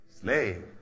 Slave